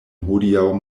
hodiaŭ